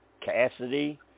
Cassidy